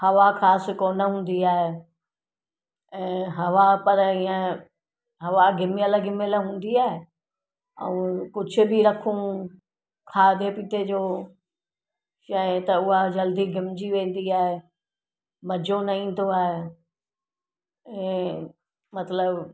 हवा ख़ासि कोन हूंदी आहे ऐं हवा पर ईअं हवा घिमियल घिमियल हूंदी आहे ऐं कुझु बि रखूं खाधे पीते जो शइ त उहा जल्दी घिमजी वेंदी आहे मज़ो न ईंदो आहे ऐं मतिलबु